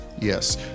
Yes